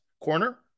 Corner